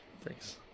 Thanks